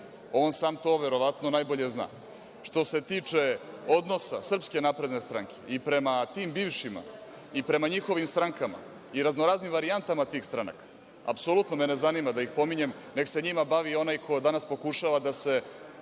On sam to verovatno najbolje zna. Što se tiče odnosa SNS i prema tim bivšima i prema njihovim strankama i razno raznim varijantama tih stranaka, apsolutno me ne zanima da ih pominjem, nek se njima bavi onaj ko danas pokušava da se